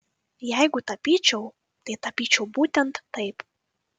jeigu tapyčiau tai tapyčiau būtent taip